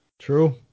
true